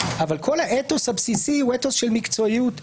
אבל כל האתוס הבסיסי הוא אתוס של מקצועיות ואי-תלות.